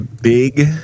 big